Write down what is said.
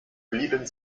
blieben